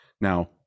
Now